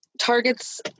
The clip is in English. targets